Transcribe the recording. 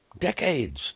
decades